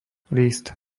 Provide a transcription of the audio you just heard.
list